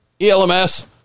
Elms